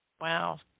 Wow